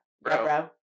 Bro